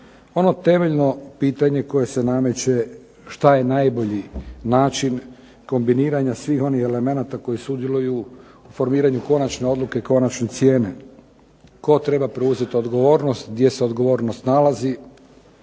Ono temeljno pitanje koje se nameće što je najbolji način kombiniranja svih onih elemenata koji sudjeluju u formiranju konačne odluke, konačne cijene, tko treba preuzeti odgovornost, gdje se odgovornost nalazi,